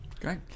Great